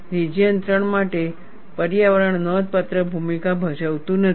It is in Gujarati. રિજિયન 3 માટે પર્યાવરણ નોંધપાત્ર ભૂમિકા ભજવતું નથી